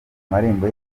marembo